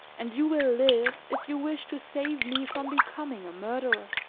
and you will live if you wish to save me from becoming a murderer.